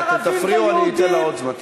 אתם תפריעו, אני אתן לה עוד זמן.